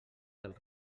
del